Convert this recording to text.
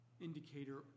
indicator